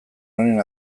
honen